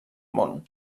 món